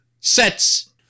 sets